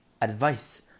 advice